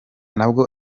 ntabwo